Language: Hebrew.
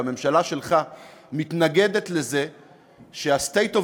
והממשלה שלך מתנגדת לזה שה-State of